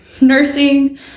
nursing